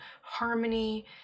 harmony